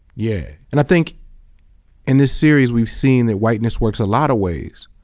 yeah. and i think in this series we've seen that whiteness works a lot of ways,